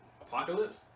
Apocalypse